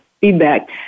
feedback